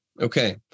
Okay